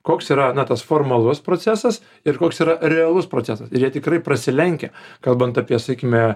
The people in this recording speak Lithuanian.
koks yra na tas formalus procesas ir koks yra realus procesas ir jie tikrai prasilenkia kalbant apie saikme